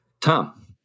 Tom